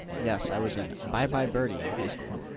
yes, i was in bye bye birdie in high school.